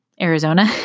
Arizona